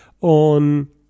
on